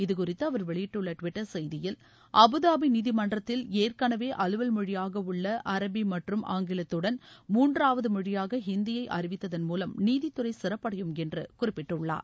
இதுகுறித்து அவர் வெளியிட்டுள்ள டுவிட்டர் செய்தியில் அபுதாபி நீதிமன்றத்தில் ஏற்களவே அலுவல் மொழியாக உள்ள அரபி மற்றும் ஆங்கிலத்துடன் மூன்றாவது மொழியாக ஹிந்தியை அறிவித்ததன் மூலம் நீதித்துறை சிறப்படையும் என்று குறிப்பிட்டுள்ளார்